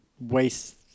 waste